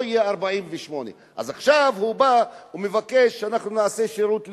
לא יהיה 48'. אז עכשיו הוא בא ומבקש שאנחנו נעשה שירות לאומי,